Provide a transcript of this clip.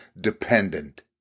dependent